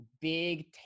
big